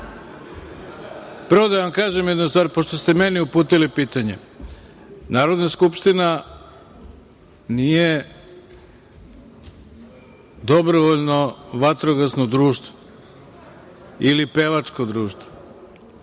Prvo da kažem jednu stvar, pošto ste meni uputili pitanje, Narodna skupština nije dobrovoljno vatrogasno društvo ili pevačko društvo.